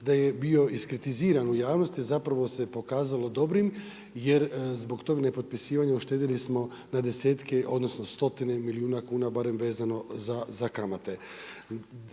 da je bio iskritiziran u javnosti, zapravo se pokazalo dobrim jer zbog tog nepotpisivanja uštedjeli smo na desetke odnosno stotine milijuna kuna barem vezano za kamate.